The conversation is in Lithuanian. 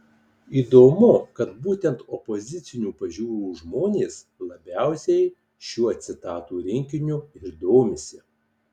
įdomu kad būtent opozicinių pažiūrų žmonės labiausiai šiuo citatų rinkiniu ir domisi